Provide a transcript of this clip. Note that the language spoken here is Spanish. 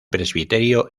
presbiterio